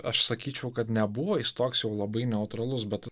aš sakyčiau kad nebuvo jis toks jau labai neutralus bet